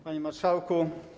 Panie Marszałku!